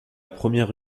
première